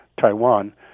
Taiwan